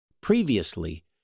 Previously